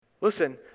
Listen